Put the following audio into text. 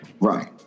Right